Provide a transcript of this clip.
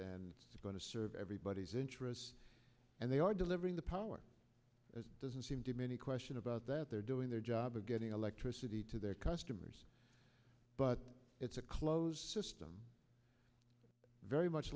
and it's going to serve everybody's interests and they are delivering the power as it doesn't seem to me any question about that they're doing their job of getting electricity to their customers but it's a closed system very much